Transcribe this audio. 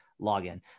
login